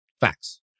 Facts